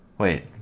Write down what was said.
wait